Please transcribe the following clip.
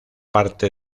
parte